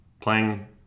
playing